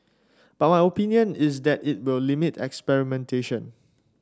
but my opinion is that it will limit experimentation